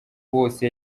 bose